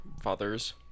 fathers